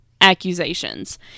accusations